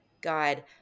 God